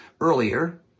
earlier